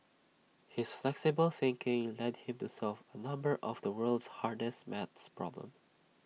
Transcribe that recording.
his flexible thinking led him to solve A number of the world's hardest math problems